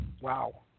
Wow